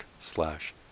slash